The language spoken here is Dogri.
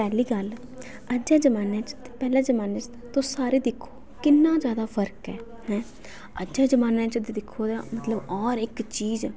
पैह्ली गल्ल अज्जै द जमाने च ते पैहले जम़ाने च तुस सारे दिक्खो किन्ना ज्यादा फर्क ऐ अज्ज दे जम़ाने च दिक्खो ते मतलब हर इक चीज़